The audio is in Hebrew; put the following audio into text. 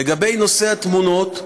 לגבי נושא התמונות,